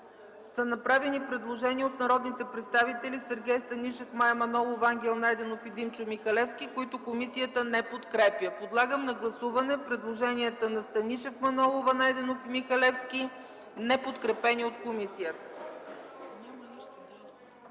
са направени предложения от народните представители Сергей Станишев, Мая Манолова, Ангел Найденов и Димчо Михалевски, които комисията не подкрепя. Подлагам на гласуване предложенията на Станишев, Манолова, Найденов и Михалевски, неподкрепени от комисията.